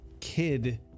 kid